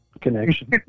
connection